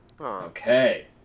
Okay